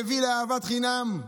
מביא לאהבת חינם,